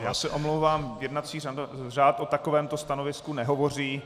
Já se omlouvám, jednací řád o takovémto stanovisku nehovoří.